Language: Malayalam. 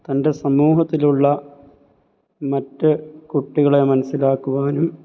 തൻ്റെ സമൂഹത്തിലുള്ള മറ്റു കുട്ടികളെ മനസ്സിലാക്കുവാനും